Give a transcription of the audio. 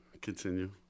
continue